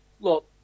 look